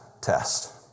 test